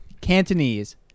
Cantonese